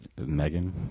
Megan